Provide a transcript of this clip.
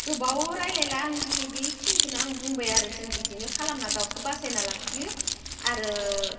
गोबाव रायज्लायला आं दिनै बेखिनिखौनो आं बुंबाय आरो जों बिदिनो खालामना दाउखौ बासायना लाखियो आरो